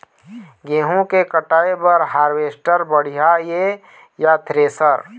गेहूं के कटाई बर हारवेस्टर बढ़िया ये या थ्रेसर?